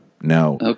no